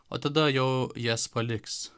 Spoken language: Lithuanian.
o tada jau jas paliks